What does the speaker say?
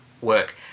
work